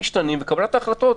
אני מבין את מצוקת קבלת ההחלטות,